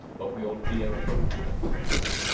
but we all clear on the and and the norms?